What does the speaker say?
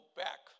back